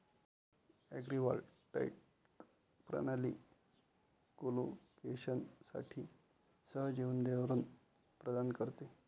agrivoltaic प्रणाली कोलोकेशनसाठी सहजीवन धोरण प्रदान करते